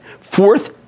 Fourth